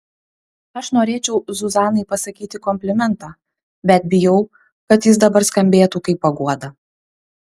aš norėčiau zuzanai pasakyti komplimentą bet bijau kad jis dabar skambėtų kaip paguoda